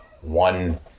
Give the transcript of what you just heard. one